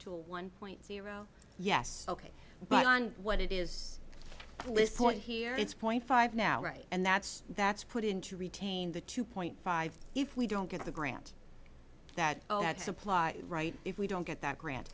a one point zero yes ok but on what it is listen here it's point five now right and that's that's put in to retain the two point five if we don't get the grant that oh that's supply right if we don't get that grant